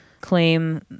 claim